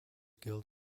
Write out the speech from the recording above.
guild